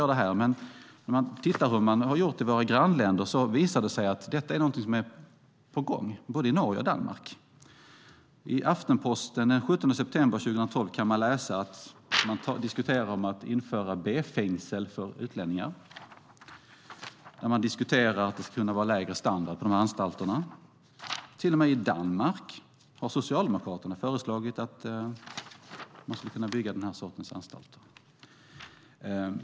Detta är något som är på gång i våra grannländer, både i Norge och i Danmark. I Aftenposten den 17 september 2012 kunde man läsa att man funderar på att införa B-fengsel för utlänningar, och man diskuterar att det ska kunna vara lägre standard på de anstalterna. Till och med i Danmark har socialdemokraterna föreslagit att man skulle kunna bygga den här sortens anstalt.